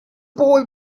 boy